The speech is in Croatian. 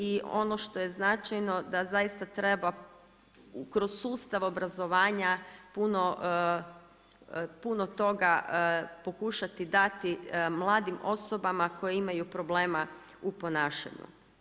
I ono što je značajno da zaista treba kroz sustav obrazovanja puno toga pokušati dati mladim osobama koje imaju problema u ponašanju.